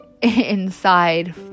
inside